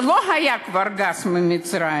שלא היה כבר גז ממצרים,